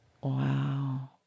Wow